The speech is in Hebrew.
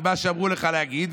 ממה שאמרו לך להגיד,